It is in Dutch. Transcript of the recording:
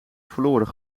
verloren